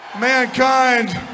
Mankind